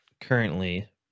currently